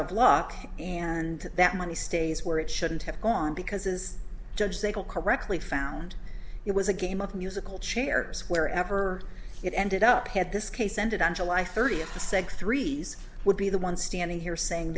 of luck and that money stays where it shouldn't have gone because it is judged they will correctly found it was a game of musical chairs wherever it ended up had this case ended on july thirtieth the said three these would be the one standing here saying